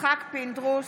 יצחק פינדרוס,